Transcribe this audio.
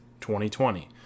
2020